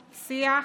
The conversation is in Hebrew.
שיח,